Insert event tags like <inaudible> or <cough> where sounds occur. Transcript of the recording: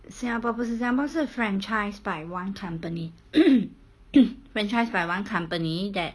singapore 不是 singapore 是 franchise by one company <coughs> franchise by one company